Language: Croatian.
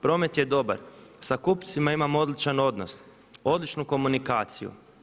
Promet je dobar, sa kupcima imam odličan odnos, odličnu komunikaciju.